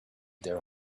their